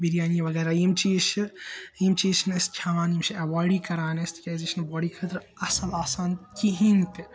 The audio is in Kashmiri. بِریانی وَغیرہ یِم چیز چھِ یِم چیز چھِنہٕ أسۍ کھیٚوان یِم چھِ ایٚواؠڈٕے کَران أسۍ تہِ کیازِ یہِ چھُنہٕ باڈی خٲطرٕ اَصٕل آسان کہیٖنۍ تہِ